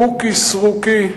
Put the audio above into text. בוקי סריקי,